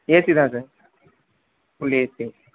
AC தான் sir full AC